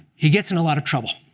he gets in a lot of trouble.